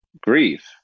grief